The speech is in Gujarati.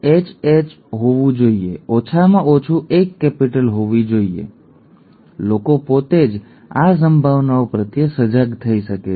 ઠીક છે આ પ્રકારના પ્રશ્નોના જવાબ આપી શકાય છે અને માતાપિતાને આ શક્યતાઓ પ્રત્યે સચેત કરી શકાય છે લોકો પોતે જ આ સંભાવનાઓ પ્રત્યે સજાગ થઈ શકે છે